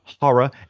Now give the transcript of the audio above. Horror